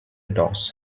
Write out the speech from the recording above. doss